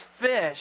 fish